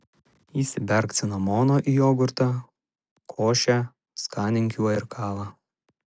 įsiberk cinamono į jogurtą košę skanink juo ir kavą